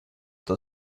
the